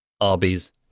Arby's